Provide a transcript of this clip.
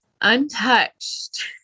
untouched